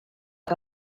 que